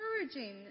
encouraging